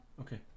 Okay